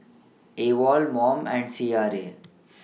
AWOL Mom and C R A